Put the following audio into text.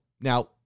Now